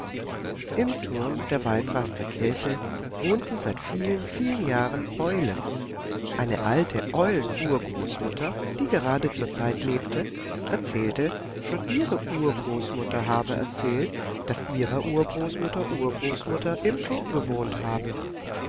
im turm der waldraster kirche wohnten seit vielen vielen jahren eulen eine alte eulenurgroßmutter die gerade zur zeit lebte erzählte schon ihre urgroßmutter habe erzählt daß ihrer urgroßmutter urgroßmutter im turm gewohnt habe